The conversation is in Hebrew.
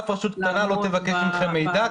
אף רשות קטנה לא תבקש מכם מידע,